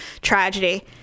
tragedy